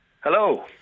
hello